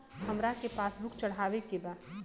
हमरा के passbook चढ़ावे के बा?